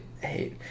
hate